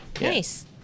nice